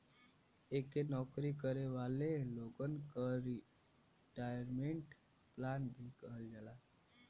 एके नौकरी करे वाले लोगन क रिटायरमेंट प्लान भी कहल जाला